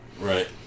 Right